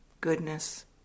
goodness